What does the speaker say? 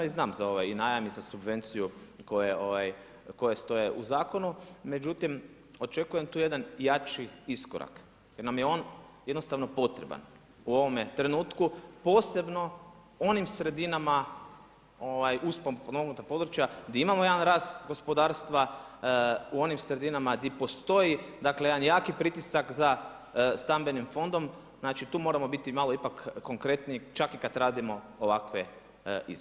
I znam za ovaj najam i za subvenciju koje stoje u zakonu, međutim očekujem tu jedan jači iskorak jer nam je on jednostavno potreban u ovome trenutku, posebno onim sredinama uz potpomognuta područja gdje imamo jedan rast gospodarstva u onim sredinama gdje postoji jedan jaki pritisak za stambenim fondom, znači tu moramo biti malo ipak konkretniji čak i kad radimo ovakve izmjene.